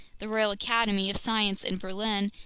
the royal academy of science in berlin,